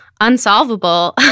unsolvable